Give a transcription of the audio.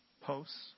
posts